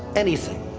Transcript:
anything.